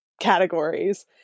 categories